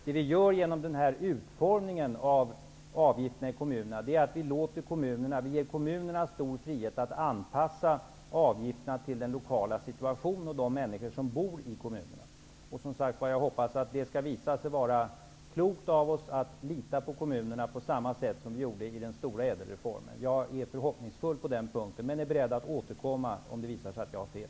Det vi gör genom denna utformning av avgifterna i kommunerna är att ge dem stor frihet att anpassa avgifterna till den lokala situationen och de människor som bor i kommunerna. Jag hoppas att det skall visa sig vara klokt av oss att lita på kommunerna på samma sätt som vi gjorde vid den stora ÄDEL-reformen. Jag är förhoppningsfull på den punkten, men är beredd att återkomma om det visar sig att jag har fel.